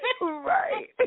Right